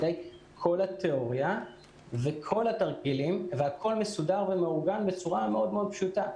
כל התיאוריה וכל התרגילים והכול מסודר ומאורגן בצורה מאוד פשוטה.